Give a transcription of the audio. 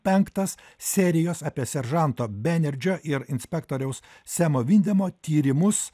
penktas serijos apie seržanto benerdžio ir inspektoriaus semo vindemo tyrimus